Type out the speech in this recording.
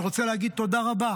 אני רוצה להגיד תודה רבה,